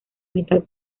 metal